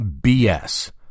BS